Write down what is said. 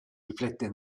riflette